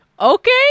okay